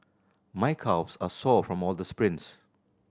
my calves are sore from all the sprints